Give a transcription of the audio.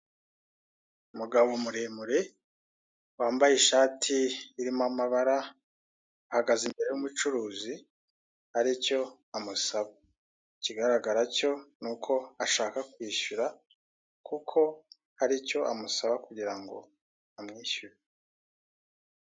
Umugabo muremure wambaye ishati irimo amabara ahagaze imbere y'umucuruzi hari icyo amusaba. Ikigaragara cyo ni uko ashaka kwishyura kuko hari icyo amusaba kugira ngo amwishyure.